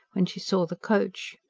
when she saw the coach.